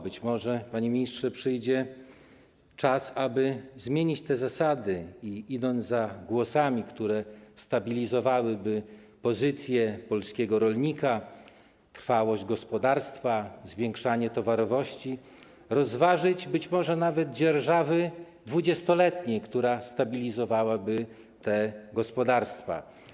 Być może, panie ministrze, przyjdzie czas, aby zmienić te zasady i, idąc za głosami, które stabilizowałyby pozycję polskiego rolnika, trwałość gospodarstwa, zwiększanie towarowości, rozważyć nawet dzierżawy 20-letnie, które stabilizowałyby te gospodarstwa.